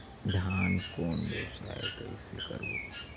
धान कौन व्यवसाय कइसे करबो?